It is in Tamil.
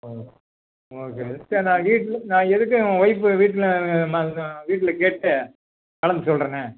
ம் ஓகே சரி நான் வீட்டில் நான் எதுக்கும் என் ஒய்ஃப்பு வீட்டில் மாதிரிதான் வீட்டில் கேட்டுகிட்டு கலந்து சொல்லுறேன்னே